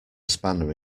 spanner